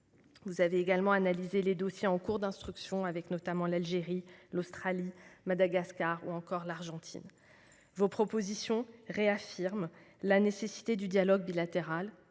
Vous avez également analysé les dossiers en cours d'instruction avec l'Algérie, avec l'Australie, avec Madagascar ou encore avec l'Argentine. Par vos propositions, vous réaffirmez la nécessité du dialogue bilatéral,